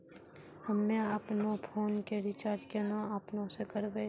हम्मे आपनौ फोन के रीचार्ज केना आपनौ से करवै?